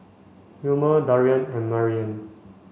Wilmer Darrien and Maryann